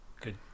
Good